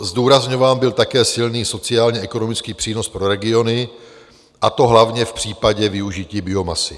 Zdůrazňován byl také silný sociálněekonomický přínos pro regiony, a to hlavně v případě využití biomasy.